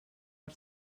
per